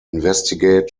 investigate